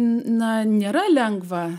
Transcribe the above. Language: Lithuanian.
na nėra lengva